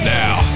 now